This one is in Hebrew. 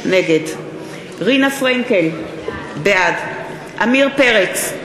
נגד רינה פרנקל, בעד עמיר פרץ,